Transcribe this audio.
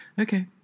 Okay